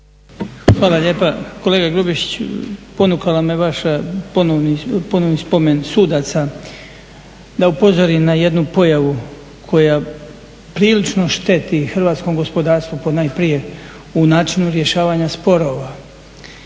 Hvala lijepa. Kolega Grubišić, ponukala me vaša, ponovni spomen sudaca. Da upozorim na jednu pojavu koja prilično šteti hrvatskom gospodarstvu pod najprije u načinu rješavanja sporova.